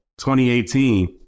2018